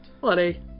Bloody